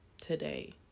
today